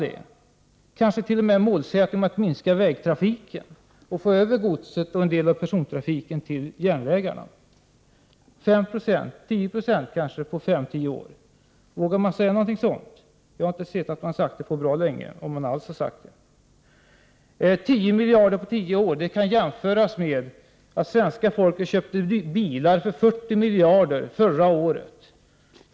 Regeringen kanske t.o.m. kunde sätta upp målet att minska vägtrafiken och låta godstrafiken och en del av persontrafiken övergå till järnvägarna. Det kan röra sig om 5 eller 10 96 under fem till tio år. Vågar regeringen säga detta? Jag har inte sett att regeringen har uttalat något sådant på bra länge — om den alls har sagt det. Att satsa 10 miljarder på tio år kan jämföras med att svenska folket köpte bilar för 40 miljarder förra året.